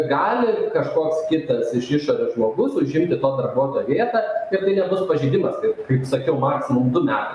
gali kažkoks kitas iš išorės žmogus užimti to darbuotojo vietą ir tai nebus pažeidimas ir kaip sakiau maksimum du metai